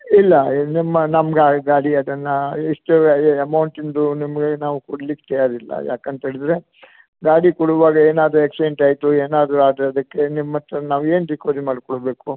ಇಲ್ಲ ನಿಮ್ಮ ನಮ್ಮ ಗಾಡಿ ಅದನ್ನು ಇಷ್ಟು ಅಮೌಂಟಿಂದು ನಿಮಗೆ ನಾವು ಕೊಡ್ಲಿಕ್ಕೆ ತಯಾರಿಲ್ಲ ಯಾಕೇಂತ್ಹೇಳಿದ್ರೆ ಗಾಡಿ ಕೊಡುವಾಗ ಏನಾದರೂ ಆಕ್ಸಿಡೆಂಟ್ ಆಯಿತು ಏನಾದರೂ ಆದರೆ ಅದಕ್ಕೆ ನಿಮ್ಮ ಹತ್ರ ನಾವು ಏನು ರಿಕವರಿ ಮಾಡಿಕೊಳ್ಬೇಕು